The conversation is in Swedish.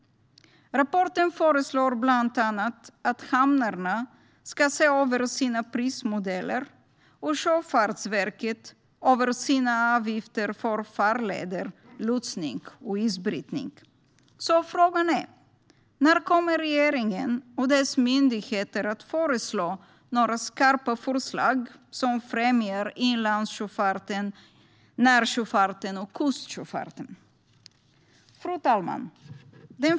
Rapporten föreslår bland annat att hamnarna ska se över sina prismodeller och att Sjöfartsverket ska se över sina avgifter för farleder, lotsning och isbrytning. Frågan är när regeringen och dess myndigheter kommer att föreslå skarpa förslag som främjar inlands, när och kustsjöfarten. Fru talman!